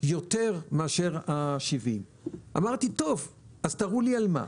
יותר מאשר 70. אמרתי, טוב, אז תראו לי על מה.